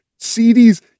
CDs